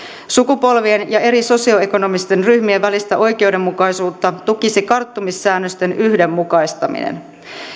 sukupolvien ja eri sosioekonomisten ryhmien välistä oikeudenmukaisuutta tukisi karttumissäännösten yhdenmukaistaminen